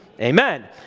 Amen